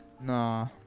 Nah